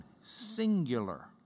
singular